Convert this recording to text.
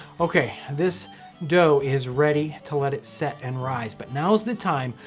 okay, this dough is ready to let it set and rise, but now's the time,